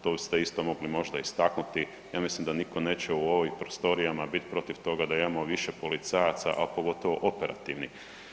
To ste isto mogli možda istaknuti, ja mislim da nitko neće u ovim prostorijama bit protiv toga da imamo više policajaca, a pogotovo operativnih.